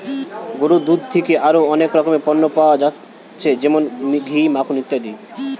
গরুর দুধ থিকে আরো অনেক রকমের পণ্য পায়া যাচ্ছে যেমন ঘি, মাখন ইত্যাদি